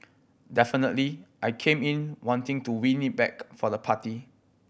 definitely I came in wanting to win it back for the party